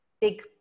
big